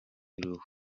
y’uruhu